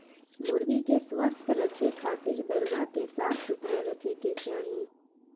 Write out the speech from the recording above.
मुर्गी के स्वस्थ रखे खातिर दरबा के साफ सुथरा रखे के चाही